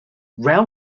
rail